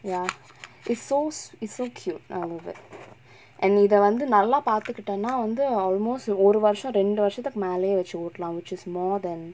ya it's so it's so cute I love it and இதவந்து நல்லா பாத்துகிட்டனா வந்து:ithavanthu nallaa paathukittanaa vanthu almost ஒரு வருஷோ ரெண்டு வருஷத்துக்கு மேலயே வச்சு ஓட்டலா:oru varusho rendu varushathukku melayae vachu otalaa which is more than